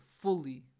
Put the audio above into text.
fully